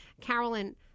Carolyn